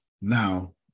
Now